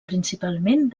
principalment